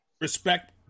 respect